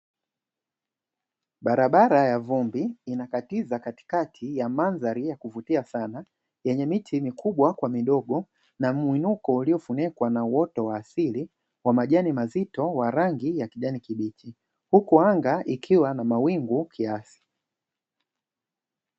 Barabara ya vumbi inakatiza katikati ya madhari ya kuvutia sana yenye miti mikubwa kwa midogo na muinuko ulio funikwa kwa uoto wa asili wa majani mazito wa rangi ya kijani kibichi, huku anga ikiwa na mawingu kiasi .